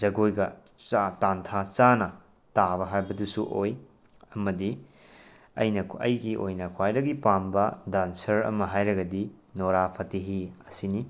ꯖꯒꯣꯏꯒ ꯇꯥꯟꯊꯥ ꯆꯥꯅ ꯇꯥꯕ ꯍꯥꯏꯕꯗꯨꯁꯨ ꯑꯣꯏ ꯑꯃꯗꯤ ꯑꯩꯅ ꯑꯩꯒꯤ ꯑꯣꯏꯅ ꯈ꯭ꯋꯥꯏꯗꯒꯤ ꯄꯥꯝꯕ ꯗꯥꯟꯁꯔ ꯑꯃ ꯍꯥꯏꯔꯒꯗꯤ ꯅꯨꯔꯥ ꯐꯇꯦꯍꯤ ꯑꯁꯤꯅꯤ